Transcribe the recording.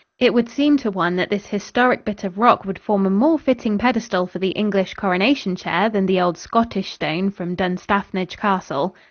it would seem to one that this historic bit of rock would form a more fitting pedestal for the english coronation chair than the old scottish stone from dunstafnage castle.